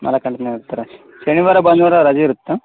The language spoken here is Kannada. ನಾಲ್ಕು ಗಂಟೆ ತನಕ ಇರ್ತಾರೆ ಶನಿವಾರ ಭಾನುವಾರ ರಜೆ ಇರತ್ತಾ